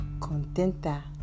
Contenta